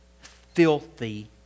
filthy